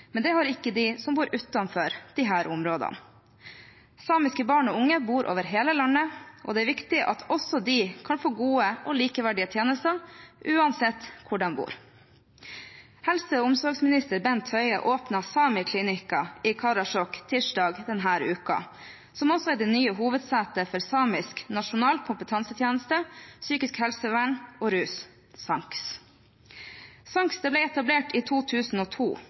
men det har ikke de som bor utenfor disse områdene. Samiske barn og unge bor over hele landet, og det er viktig at også de kan få gode og likeverdige tjenester uansett hvor de bor. Helse- og omsorgsminister Bent Høie åpnet Sámi Klinihkka i Karasjok tirsdag denne uken, som også er det nye hovedsenteret for Samisk nasjonal kompetansetjeneste – psykisk helsevern og rus, SANKS. SANKS ble etablert i 2002